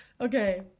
okay